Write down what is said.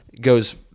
goes